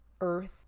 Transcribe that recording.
earth